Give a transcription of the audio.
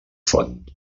font